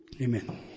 amen